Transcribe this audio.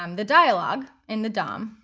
um the dialog in the dom,